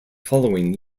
following